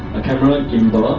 a camera like gimbal ah